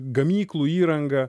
gamyklų įranga